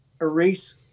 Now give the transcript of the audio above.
erase